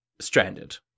stranded